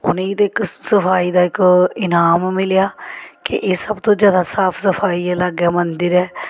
उ'नेंगी ते इक सफाई दा इक इनाम मिलेआ कि एह् सब तू जादा साफ सफाई आह्ला मंदिर ऐ